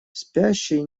спящий